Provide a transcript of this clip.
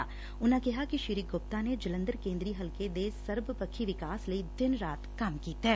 ਊਨਾ ਕਿਹਾ ਕਿ ਸੂੀ ਗੁਪਤਾ ਨੇ ਜਲੰਧਰ ਕੇ ਦਰ ਹਲਕੇ ਦੇ ਸਰਬਪੱਖੀ ਵਿਕਾਸ ਲਈ ਦਿਨ ਰਾਤ ਕੰਮ ਕੀਤੈ